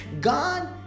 God